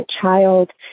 child